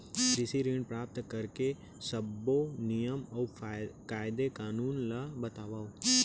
कृषि ऋण प्राप्त करेके सब्बो नियम अऊ कायदे कानून ला बतावव?